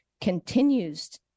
continues